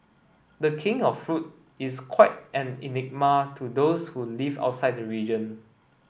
the King of Fruit is quite an enigma to those who live outside the region